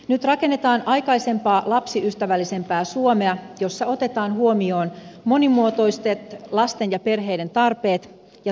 nyt rakennetaan aikaisempaa lapsiystävällisempää suomea jossa otetaan huomioon monimuotoiset lasten ja perheiden tarpeet ja toiveet